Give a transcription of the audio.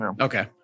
Okay